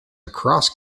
across